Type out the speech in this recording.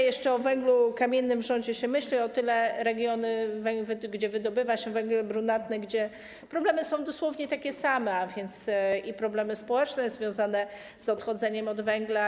Jeszcze o węglu kamiennym w rządzie się myśli, ale są regiony, gdzie wydobywa się węgiel brunatny, gdzie problemy są dosłownie takie same, gdzie są problemy społeczne związane z odchodzeniem od węgla.